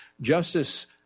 Justice